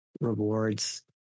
rewards